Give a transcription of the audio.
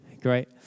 Great